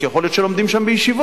כי יכול להיות שלומדים שם בישיבות,